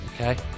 okay